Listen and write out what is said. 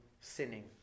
sinning